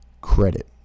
credit